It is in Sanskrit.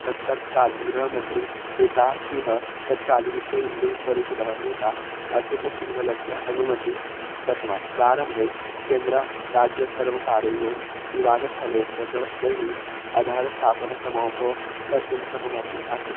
तत्तत् कालीनः गृहमन्त्री बुटासिंहः तत्कालिविश्वहिन्दुपरिषदः नेता अशोकसिंगलस्य अनुमतिं दत्तवान् प्रारम्भे केन्द्रराज्यसर्वकारयोः विवादस्थले अस्य ब बहिः आधारस्थापनसमूहं कर्तुं सहमतिः आसीत्